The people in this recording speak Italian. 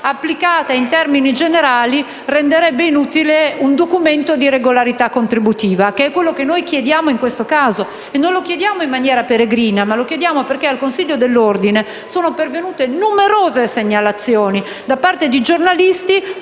applicata in termini generali renderebbe inutile un documento di regolarità contributiva, che è ciò che noi chiediamo in questo caso. E non lo chiediamo in maniera peregrina. Lo chiediamo perché al Consiglio dell'ordine sono pervenute numerose segnalazioni da parte di giornalisti,